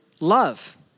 love